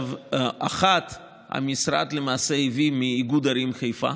באחת המשרד למעשה הביא מאיגוד ערים חיפה